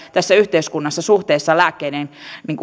tässä yhteiskunnassa suhteessa lääkkeiden